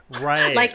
Right